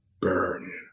burn